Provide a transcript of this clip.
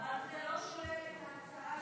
לעומת דורשי עבודה